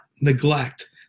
neglect